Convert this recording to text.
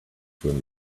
when